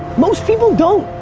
most people don't!